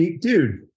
dude